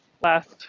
last